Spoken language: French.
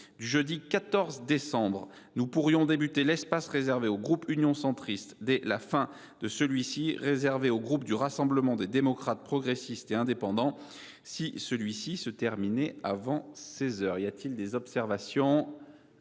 jeudi 14 décembre, nous pourrions commencer l’espace réservé au groupe Union Centriste dès la fin de celui qui est réservé au groupe Rassemblement des démocrates, progressistes et indépendants, si celui ci se terminait avant seize heures. Y a t il des observations ?…